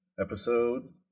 episode